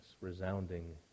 resounding